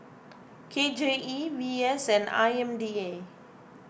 K J E V S and I M D A